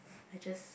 I just